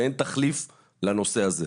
ואין תחליף לנושא הזה.